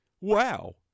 Wow